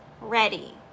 ready